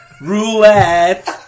Roulette